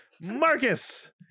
marcus